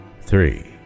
three